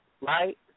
Right